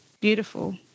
beautiful